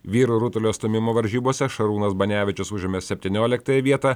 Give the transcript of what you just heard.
vyrų rutulio stūmimo varžybose šarūnas banevičius užėmė septynioliktąją vietą